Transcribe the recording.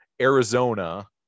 Arizona